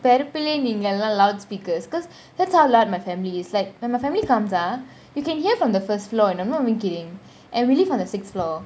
பிறப்புலே நீங்களே :pirapuley nengaley loudspeakers because that's how loud my family is like when my family comes ah you can hear from the first floor and I'm not even kidding and we live on the sixth floor